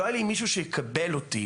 לא היה מי שיקבל אותם.